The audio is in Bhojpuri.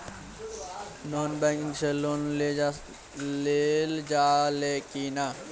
नॉन बैंकिंग से लोन लेल जा ले कि ना?